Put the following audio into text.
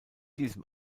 diesem